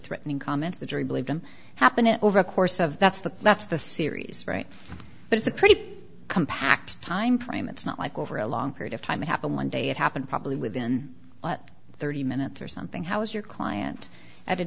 threatening comments the jury believe can happen it over a course of that's the that's the series right but it's a pretty compact timeframe it's not like over a long period of time it happened one day it happened probably within thirty minutes or something how is your client at a